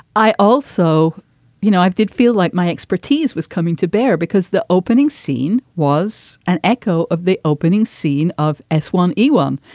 i also you know i did feel like my expertise was coming to bear because the opening scene was an echo of the opening scene of s one e one.